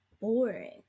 boring